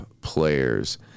players